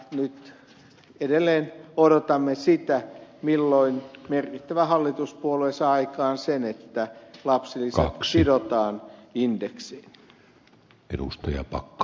nyt edelleen odotamme sitä milloin merkittävä hallituspuolue saa aikaan sen että lapsilisät sidotaan indeksiin